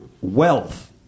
wealth